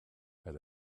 had